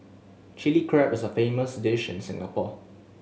Chilli Crab is a famous dish in Singapore